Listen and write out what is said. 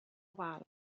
wal